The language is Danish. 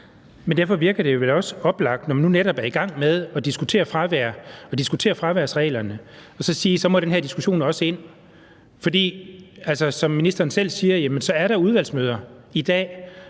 Men derfor virker det vel også oplagt, når man nu netop er i gang med at diskutere fravær og diskutere fraværsreglerne, at sige, at så må den her diskussion også ind. For som ministeren selv siger, er der udvalgsmøder i dag,